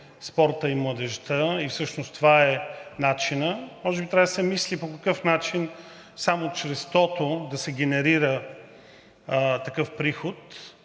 спортът и младежта и всъщност това е начинът, може би трябва да се мисли по какъв начин само чрез тото да се генерира такъв приход